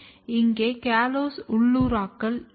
இங்கே காலோஸ் உள்ளூராக்கல் உள்ளது